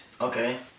Okay